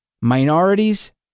Minorities